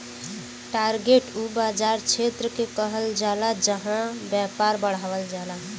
target उ बाज़ार क्षेत्र के कहल जाला जहां व्यापार बढ़ावल जाला